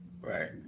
right